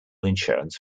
insurance